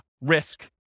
risk